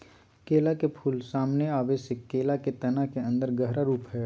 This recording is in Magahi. केला के फूल, सामने आबे से केला के तना के अन्दर गहरा रूप हइ